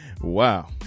wow